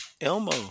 Elmo